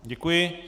Děkuji.